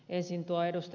ensin tuo ed